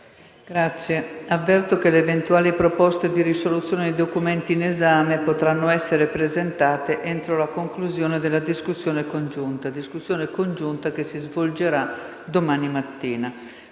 Avverto che le eventuali proposte di risoluzione ai documenti in esame potranno essere presentate entro la conclusione della discussione congiunta, che si svolgerà nella seduta di domani mattina.